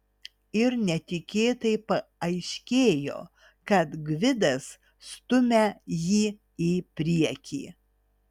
ir netikėtai paaiškėjo kad gvidas stumia jį į priekį